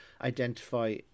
identify